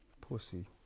Pussy